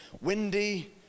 windy